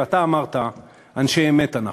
ואתה אמרת: אנשי אמת אנחנו.